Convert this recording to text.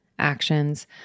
actions